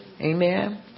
Amen